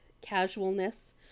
casualness